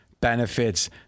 benefits